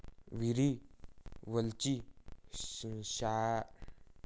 हिरवी वेलची श्वासोच्छवास सुधारू शकते आणि वजन कमी करण्यास मदत करू शकते